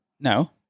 No